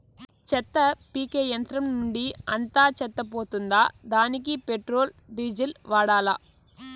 చెత్త పీకే యంత్రం నుండి అంతా చెత్త పోతుందా? దానికీ పెట్రోల్, డీజిల్ వాడాలా?